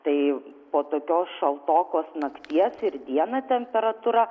tai po tokios šaltokos nakties ir dieną temperatūra